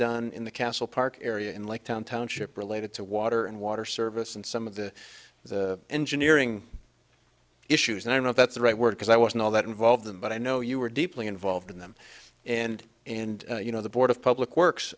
done in the castle park area in like town township related to water and water service and some of the engineering issues and i don't know if that's the right word because i wasn't all that involved them but i know you were deeply involved in them and and you know the board of public works